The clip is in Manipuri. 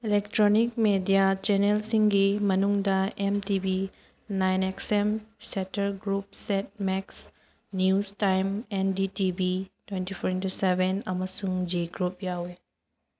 ꯏꯂꯦꯛꯇ꯭ꯔꯣꯅꯤꯛ ꯃꯦꯗꯤꯌꯥ ꯆꯦꯅꯦꯜꯁꯤꯡꯒꯤ ꯃꯅꯨꯡꯗ M T V nine X M sector group set max news time N D T V twenty four into seven ꯑꯃꯁꯨꯡ ꯖꯤ ꯒ꯭ꯔꯨꯞ ꯌꯥꯎꯋꯤ